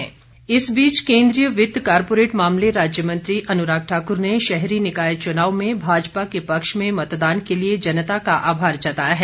अनुराग ठाकुर इस बीच केंद्रीय वित्त कारपोरेट मामले राज्य मंत्री अनुराग ठाकुर ने शहरी निकाय चुनाव में भाजपा के पक्ष में मतदान के लिए जनता का आभार जताया है